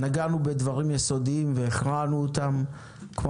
נגענו בדברים יסודיים והכרענו אותם כמו